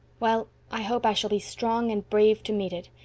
well, i hope i shall be strong and brave to meet it.